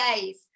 days